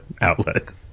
outlet